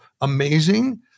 amazing